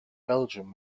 belgium